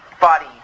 body